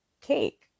cake